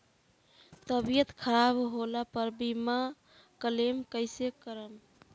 तबियत खराब होला पर बीमा क्लेम कैसे करम?